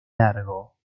largo